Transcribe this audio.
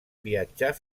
viatjar